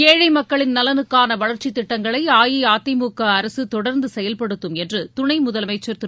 ஏழை மக்களின் நலனுக்கான வளர்ச்சித் திட்டங்களை அஇஅதிமுக அரசு தொடர்ந்து நிறைவேற்றும் என்று துணை முதலமைச்சர் திரு